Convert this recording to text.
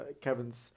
Kevin's